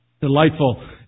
Delightful